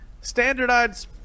standardized